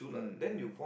mm mm